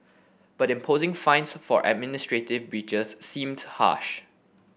but imposing fines for administrative breaches seemed harsh